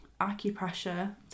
acupressure